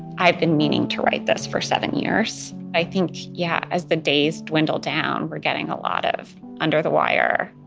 i've been meaning to write this for seven years. i think, yeah, as the days dwindled down, we're getting a lot of under the wire,